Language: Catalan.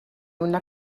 una